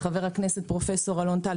חבר הכנסת פרופ' אלון טל,